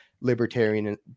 libertarian